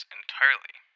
entirely